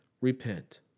Repent